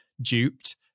duped